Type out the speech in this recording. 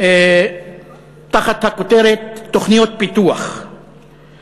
תחת הכותרת "תוכניות פיתוח";